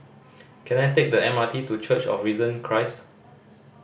can I take the M R T to Church of Risen Christ